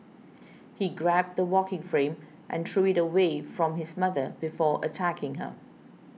he grabbed the walking frame and threw it away from his mother before attacking her